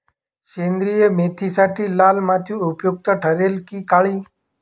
सेंद्रिय मेथीसाठी लाल माती उपयुक्त ठरेल कि काळी?